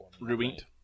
Ruined